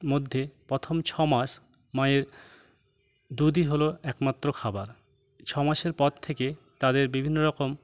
মধ্যে পথম ছমাস মায়ের দুধই হল একমাত্র খাবার ছমাসের পর থেকে তাদের বিভিন্ন রকম